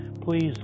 Please